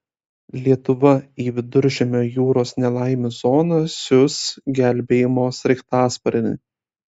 lietuva į viduržemio jūros nelaimių zoną siųs gelbėjimo sraigtasparnį